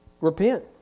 Repent